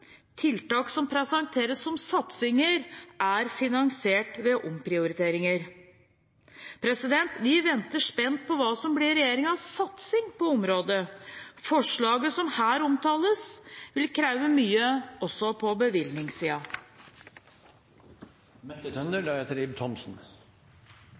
Tiltak som presenteres som satsinger, er finansiert ved omprioriteringer. Vi venter spent på hva som blir regjeringens satsing på området. Forslaget som her omtales, vil kreve mye også på